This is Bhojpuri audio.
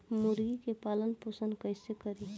मुर्गी के पालन पोषण कैसे करी?